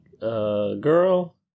girl